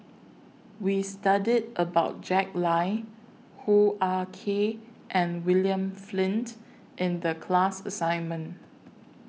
We studied about Jack Lai Hoo Ah Kay and William Flint in The class assignment